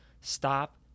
stop